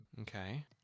Okay